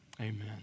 Amen